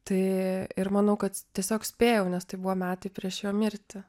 tai ir manau kad tiesiog spėjau nes tai buvo metai prieš jo mirtį